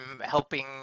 helping